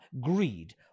greed